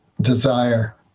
desire